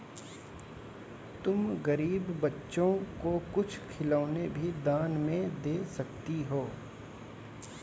तुम गरीब बच्चों को कुछ खिलौने भी दान में दे सकती हो